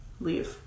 Leave